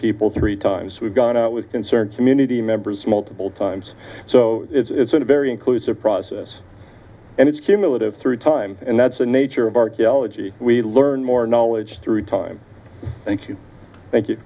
people three times we've gone out with concerts community members multiple times so it's a very inclusive process and it's cumulative through time and that's the nature of archaeology we learn more knowledge through time thank you thank you